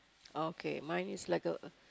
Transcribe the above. okay mine is like a